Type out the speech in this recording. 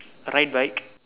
ride bike